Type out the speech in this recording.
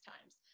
times